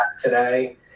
today